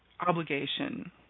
obligation